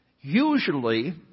usually